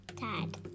Dad